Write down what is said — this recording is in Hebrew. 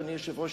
אדוני היושב-ראש,